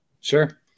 Sure